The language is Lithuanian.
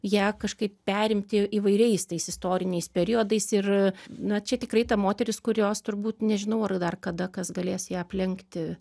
ją kažkaip perimti įvairiais tais istoriniais periodais ir na čia tikrai ta moteris kurios turbūt nežinau ar dar kada kas galės ją aplenkti